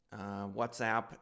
WhatsApp